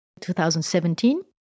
2017